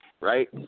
right